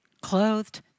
clothed